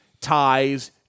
ties